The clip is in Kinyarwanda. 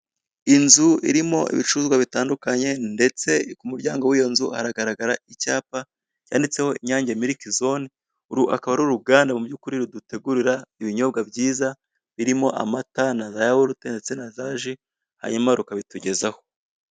Inzu irimo ibicuruzwa bitandukanye, ndetse ku muryango w'iyo nzu haragaragara icyapa cyanditseho "Inyange milk zone", uru akaba ari uruganda mu by'ukuri rudutegurira ibinyobwa byiza birimo amata na za yawurute, ndetse na za ji, hanyuma rukabitugezaho.